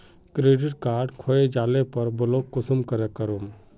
Credit card खोये जाले पर ब्लॉक कुंसम करे करूम?